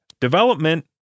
Development